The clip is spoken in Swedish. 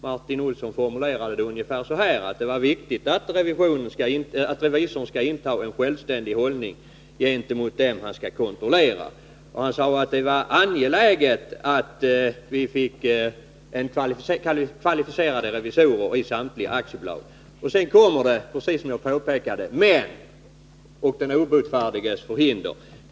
Martin Olsson formulerade det ungefär så här, att det är viktigt att revisorn intar en självständig hållning gentemot dem han skall kontrollera och att det är angeläget att vi får kvalificerade revisorer i samtliga aktiebolag. Sedan kom det, precis som jag påpekade: Med — den obotfärdiges förhinder!